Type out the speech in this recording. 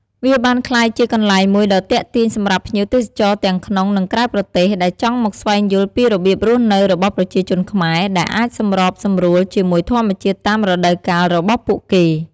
វាបានក្លាយជាកន្លែងមួយដ៏ទាក់ទាញសម្រាប់ភ្ញៀវទេសចរទាំងក្នុង និងក្រៅប្រទេស ដែលចង់មកស្វែងយល់ពីរបៀបរស់នៅរបស់ប្រជាជនខ្មែរ ដែលអាចសម្របសម្រួលជាមួយធម្មជាតិតាមរដូវកាលរបស់ពួកគេ។